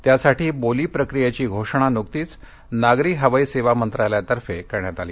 त्यासाठी बोली प्रक्रियेची घोषणा नुकतीच नागरी हवाई सेवा मंत्रालयातर्फे करण्यात आली